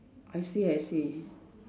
I see I see